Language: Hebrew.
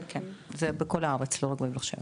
כן, כן, זה בכל הארץ לא רק בבאר שבע.